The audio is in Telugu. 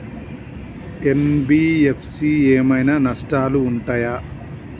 ఎన్.బి.ఎఫ్.సి ఏమైనా నష్టాలు ఉంటయా?